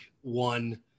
one